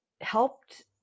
helped